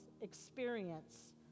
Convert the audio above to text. experience